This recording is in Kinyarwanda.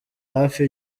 hafi